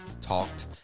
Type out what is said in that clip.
talked